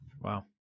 Wow